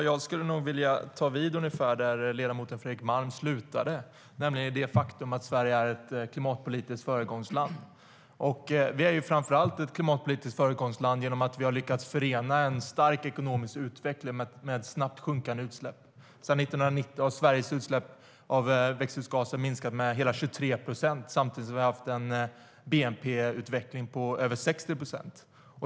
Herr talman! Jag vill ta vid ungefär där ledamoten Fredrik Malm slutade, nämligen i det faktum att Sverige är ett klimatpolitiskt föregångsland. Vi är ett föregångsland framför allt genom att vi har lyckats förena en stark ekonomisk utveckling med snabbt sjunkande utsläpp. Sedan 1990 har Sveriges utsläpp av växthusgaser minskat med hela 23 procent samtidigt som vi har haft en bnp-utveckling på över 60 procent.